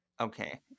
Okay